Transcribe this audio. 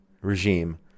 regime